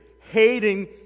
hating